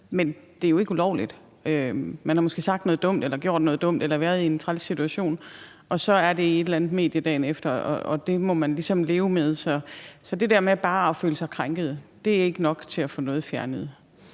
men det er jo ikke ulovligt. Man har måske sagt eller gjort noget dumt eller været i en træls situation, og så er det i et eller andet medie dagen efter, og det må man ligesom leve med. Så det der med bare at føle sig krænket, er ikke nok til at få noget fjernet.